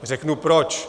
Řeknu proč.